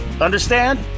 Understand